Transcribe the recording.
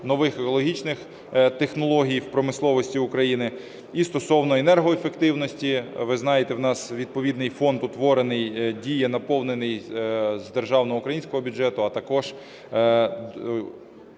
нових екологічних технологій в промисловості України, і стосовно енергоефективності. Ви знаєте, у нас відповідний фонд утворений, діє, наповнений з державного українського бюджету, а також